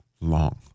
long